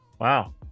Wow